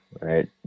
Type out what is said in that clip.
right